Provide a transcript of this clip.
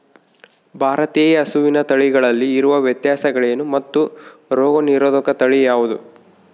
ಭಾರತೇಯ ಹಸುವಿನ ತಳಿಗಳಲ್ಲಿ ಇರುವ ವ್ಯತ್ಯಾಸಗಳೇನು ಮತ್ತು ರೋಗನಿರೋಧಕ ತಳಿ ಯಾವುದು?